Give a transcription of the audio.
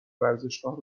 ورزشگاه